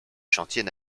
chantiers